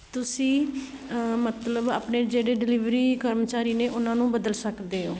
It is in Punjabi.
ਤੁਸੀਂ ਮਤਲਬ ਆਪਣੇ ਜਿਹੜੇ ਡਿਲੀਵਰੀ ਕਰਮਚਾਰੀ ਨੇ ਉਹਨਾਂ ਨੂੰ ਬਦਲ ਸਕਦੇ ਹੋ